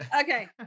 Okay